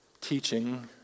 teaching